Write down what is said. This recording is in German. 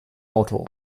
auto